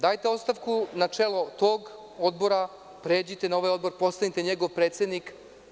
Dajte ostavku na čelo tog odbora, pređite na ovaj odbor, postanite njegov predsednik.